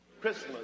Christmas